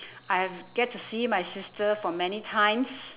I have get to see my sister for many times